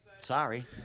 Sorry